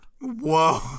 Whoa